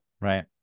Right